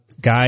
Guy